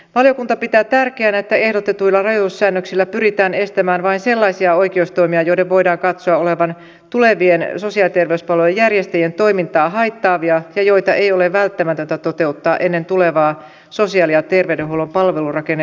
valiokunta pitää tärkeänä että ehdotetuilla rajoitussäännöksillä pyritään estämään vain sellaisia oikeustoimia joiden voidaan katsoa olevan tulevien sosiaali ja terveyspalvelujen järjestäjien toimintaa haittaavia ja joita ei ole välttämätöntä toteuttaa ennen tulevaa sosiaali ja terveydenhuollon palvelurakenneuudistusta